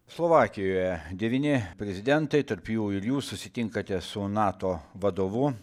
slovakijoje devyni prezidentai tarp jų ir jūs susitinkate su nato vadovu